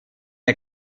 der